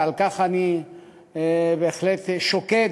ועל כך אני בהחלט שוקד,